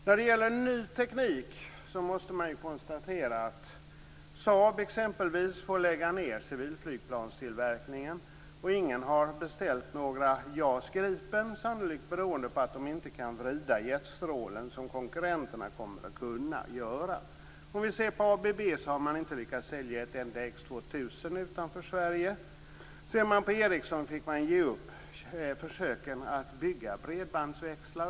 När det gäller ny teknik måste man konstatera att exempelvis Saab får lägga ned civilflygplanstillverkningen. Ingen har beställt några JAS Gripen, sannolikt beroende på att de inte kan vrida jetstrålen som konkurrenterna kommer att kunna göra. ABB har inte lyckats sälja ett enda X 2000 utanför Sverige. Ericsson fick ge upp försöken att bygga bredbandsväxlar.